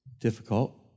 difficult